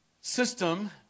system